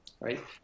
right